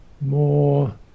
more